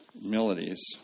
melodies